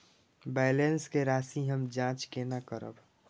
Balance के राशि हम जाँच केना करब?